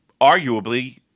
arguably